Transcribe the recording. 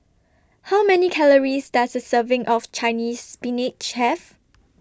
How Many Calories Does A Serving of Chinese Spinach Have